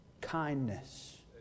kindness